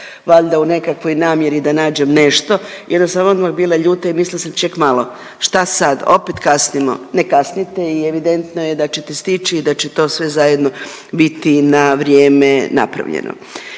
valjda u nekakvoj namjeri da nađem nešto i odmah sam odmah bila ljuta i mislila sam ček malo, šta sad, opet kasnimo, ne kasnite i evidentno je da ćete stići i da će to sve zajedno biti na vrijeme napravljeno.